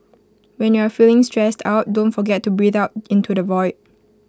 when you are feeling stressed out don't forget to breathe out into the void